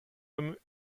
homme